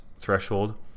threshold